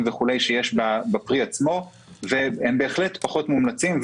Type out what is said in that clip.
שיש בפרי עצמו והם בהחלט פחות מומלצים.